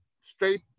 straight